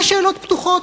יש שאלות פתוחות.